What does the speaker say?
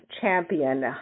champion